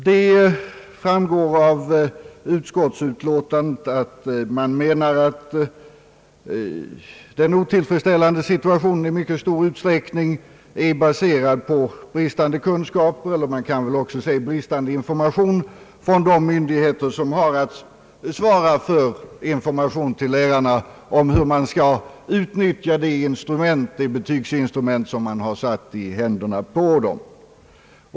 Det framgår av utskottsutlåtandet att det menar att den otillfredsställande situationen i mycket stor utsträckning beror på bristande kunskaper hos lärarna, man kan väl också säga bristande information från de myndigheter som har att svara för information till lärarna om hur dessa skall utnyttja det betygsinstrument som man har satt i händerna på dem.